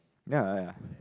ya